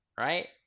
right